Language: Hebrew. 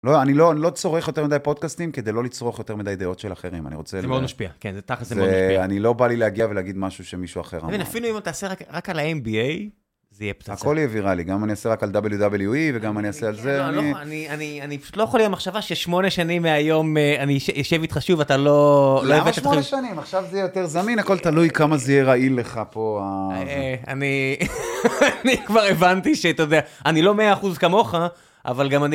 לא, אני לא צורך יותר מדי פודקאסטים כדי לא לצרוך יותר מדי דעות של אחרים, אני רוצה... זה מאוד משפיע, כן, תכל'ס זה מאוד משפיע. אני לא בא לי להגיע ולהגיד משהו שמישהו אחר אמר. אתה מבין, אפילו אם אתה עושה רק על ה-NBA, זה יהיה פצצה. הכל יהיה ויראלי, גם אם אני עושה רק על WWE וגם אם אני עושה על זה, אני... לא, אני פשוט לא יכול להיות מחשבה ששמונה שנים מהיום אני יושב איתך שוב, אתה לא... למה שמונה שנים? עכשיו זה יהיה יותר זמין, הכל תלוי כמה זה יהיה רעיל לך פה. אני אני חח כבר הבנתי שאתה... אני לא 100 אחוז כמוך, אבל גם אני...